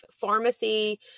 Pharmacy